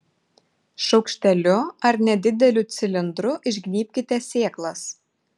šaukšteliu ar nedideliu cilindru išgnybkite sėklas